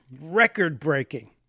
Record-breaking